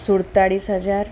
સુડતાળીસ હજાર